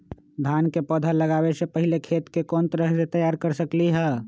धान के पौधा लगाबे से पहिले खेत के कोन तरह से तैयार कर सकली ह?